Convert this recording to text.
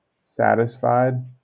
satisfied